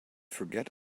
forget